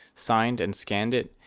signed and scanned it,